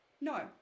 No